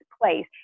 place